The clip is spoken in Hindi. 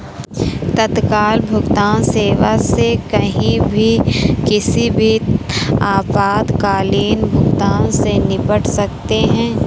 तत्काल भुगतान सेवा से कहीं भी किसी भी आपातकालीन भुगतान से निपट सकते है